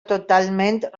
totalment